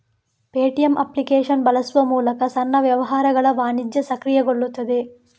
Paytm application ಬಳಸುವ ಮೂಲಕ ಸಣ್ಣ ವ್ಯವಹಾರಗಳ ವಾಣಿಜ್ಯ ಸಕ್ರಿಯಗೊಳ್ಳುತ್ತದೆ